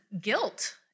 guilt